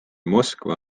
moskva